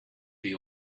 the